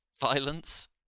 violence